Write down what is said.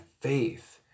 faith